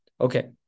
Okay